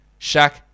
Shaq